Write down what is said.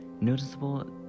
noticeable